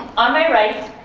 on my right